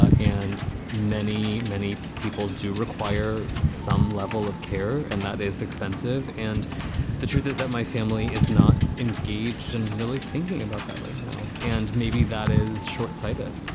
ah and many, many people do require some level of care. and that is expensive. and the truth is that my family is not engaged in really thinking about that right now. and maybe that is shortsighted.